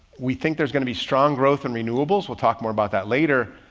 we think there's going to be strong growth in renewables. we'll talk more about that later,